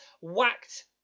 whacked